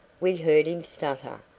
we heard him stutter.